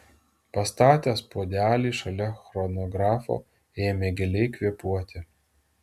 pastatęs puodelį šalia chronografo ėmė giliai kvėpuoti